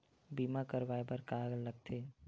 बीमा करवाय बर का का लगथे?